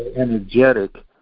energetic